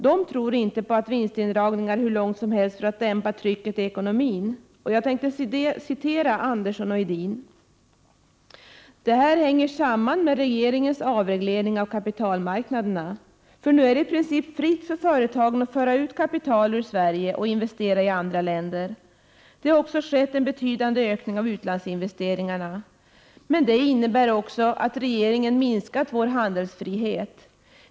De tror inte på vinstindragningar hur långt som helst för att dämpa trycket i ekonomin. Här tänker jag citera Andersson och Edin, som inte alls är för avreglering: ”Det hänger samman med regeringens avreglering av kapitalmarknaderna. Det är nu i princip fritt för företagen att föra ut kapital ur Sverige och investera i andra länder. Det har också skett en betydande ökning av utlandsinvesteringarna. Men det innebär också att regeringen minskat vår handlingsfrihet.